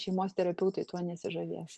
šeimos terapeutai tuo nesižavės